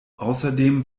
außerdem